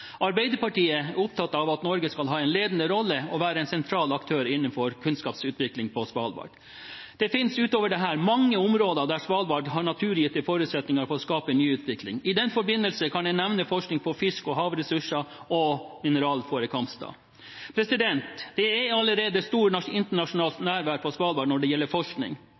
Arbeiderpartiet er opptatt av at Norge skal ha en ledende rolle og være en sentral aktør innenfor kunnskapsutvikling på Svalbard. Det finnes utover dette mange områder der Svalbard har naturgitte forutsetninger for å skape ny utvikling. I den forbindelse kan jeg nevne forskning på fiske- og havressurser og mineralforekomster. Det er allerede et stort internasjonalt nærvær på Svalbard når det gjelder forskning.